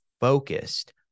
focused